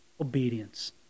Obedience